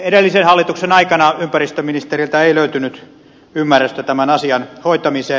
edellisen hallituksen aikana ympäristöministeriltä ei löytynyt ymmärrystä tämän asian hoitamiseen